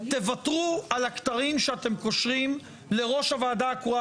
תוותרו על הכתרים שאתם קושרים לראש הוועדה הקרואה